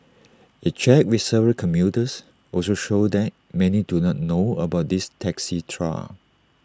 A check with several commuters also showed that many do not know about this taxi trial